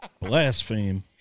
Blaspheme